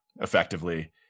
effectively